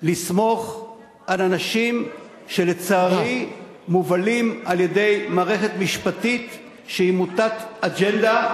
לסמוך על אנשים שלצערי מובלים על-ידי מערכת משפטית שהיא מוטת אג'נדה,